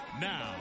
now